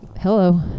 hello